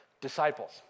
disciples